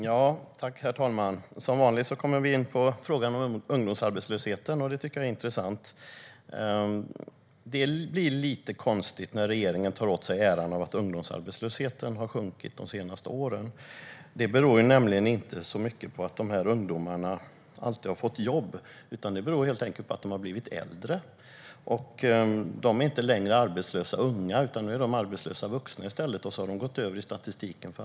Herr talman! Som vanligt kommer vi in på frågan om ungdomsarbetslösheten. Det tycker jag är intressant. Det blir lite konstigt när regeringen tar åt sig äran av att ungdomsarbetslösheten har sjunkit de senaste åren. Det beror nämligen inte så mycket på att de här ungdomarna alltid har fått jobb, utan det beror helt enkelt på att de har blivit äldre. De är inte längre arbetslösa unga, utan nu är de i stället arbetslösa vuxna och har gått över i den statistiken.